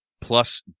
plus